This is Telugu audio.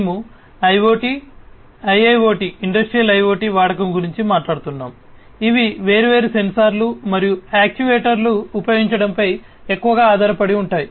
0 లో మేము IoT IIoT ఇండస్ట్రియల్ IoT వాడకం గురించి మాట్లాడుతున్నాము ఇవి వేర్వేరు సెన్సార్లు ఉపయోగించడంపై ఎక్కువగా ఆధారపడి ఉంటాయి